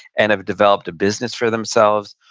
and have developed a business for themselves.